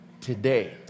today